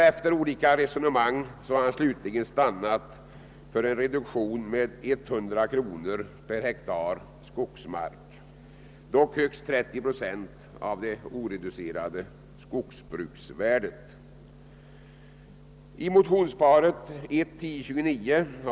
Efter olika resonemang har han slutligen stannat för en reduktion med 100 kronor per hektar skogsmark, dock högst 30 procent av det oreducerade skogsbruksvärdet.